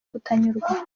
kutanyurwa